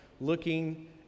looking